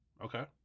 Okay